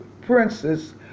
princes